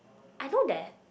I know that